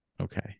Okay